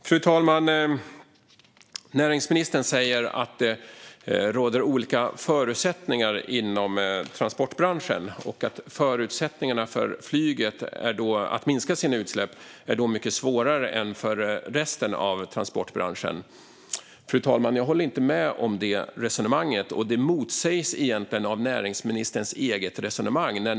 Fru talman! Näringsministern säger att det råder olika förutsättningar inom transportbranschen och att förutsättningarna för flyget att minska sina utsläpp är mycket sämre än för resten av transportbranschen. Jag håller inte med om det resonemanget, fru talman, och det motsägs egentligen av näringsministerns eget resonemang.